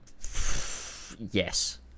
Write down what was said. yes